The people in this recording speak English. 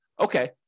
okay